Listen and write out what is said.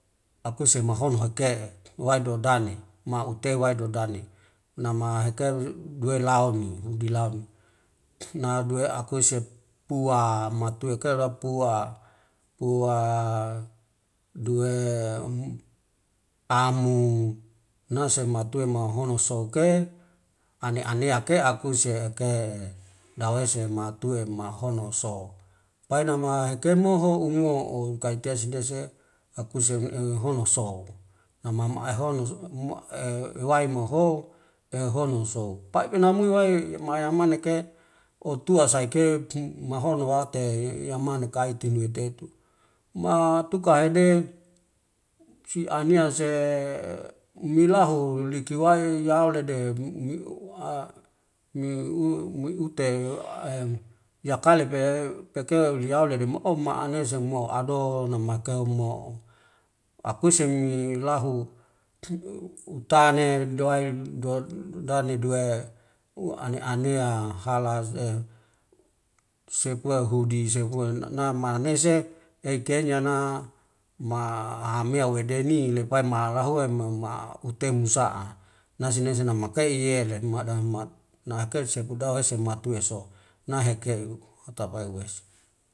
Akuse mahono heke'e wai dodane maute wai dodane, nama hike diwelaune nadue akuse pua matuike lapua due amu, nase matua mahono suke, ane aneake akuse eke dawese matue mahono so. painamma hekemoho umoun kaitea sidese akuse ehono so'u nama ehomo ewai moho ehono sou. Pia pena muwai ma yamane ke otua saike mahono huate yamene kai tinitetu, ma tuka hede sinia se milaho liki wai yaulede miute yakilebe peke leaude meo anese mo ado namekeu mo'o. Akuse me ilahu utane dewai dono duwe uane anea hala sepue hudi nam nese eikei niana ma hamea wedeni nepai ma lahue mema uteni musa'a, naise nasi nama ke'e lemat damat na ene sepu dawesi matue so na hekeu hatapai uwesi.